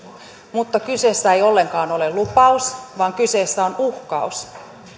mutta kyseessä ei ollenkaan ole lupaus vaan kyseessä on uhkaus